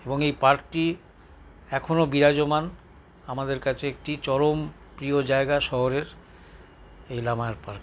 এবং এই পার্কটি এখনো বিরাজমান আমাদের কাছে একটি চরম প্রিয় জায়গা শহরের এই লামায়ার পার্ক